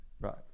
Right